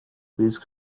please